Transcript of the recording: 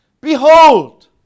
behold